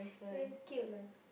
damn cute lah